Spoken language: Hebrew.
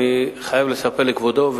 אני חייב לספר לכבודו,